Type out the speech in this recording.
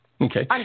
Okay